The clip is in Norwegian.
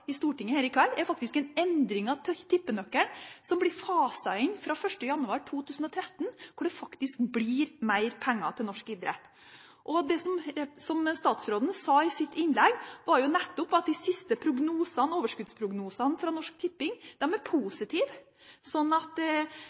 her i Stortinget i kveld, er en endring av tippenøkkelen, som blir faset inn fra 1. januar 2013, som gir mer penger til norsk idrett. Det statsråden sa i sitt innlegg, var nettopp at de siste overskuddsprognosene fra Norsk Tipping er positive, så idrettspresident Børre Rognliens bekymringer er